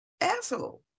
asshole